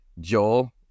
Joel